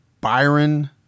Byron